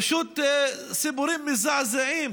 פשוט סיפורים מזעזעים